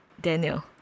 Daniel